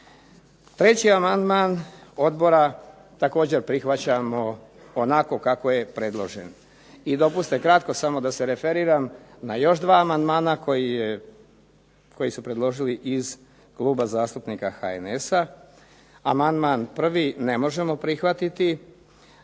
Treći amandman odbora također prihvaćamo onako kako je predložen. I dopustite kratko samo da se referiram na još dva amandmana koji su predložili iz Kluba zastupnika HNS-a. Amandman prvi ne možemo prihvatiti.